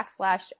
backslash